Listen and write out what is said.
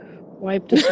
wiped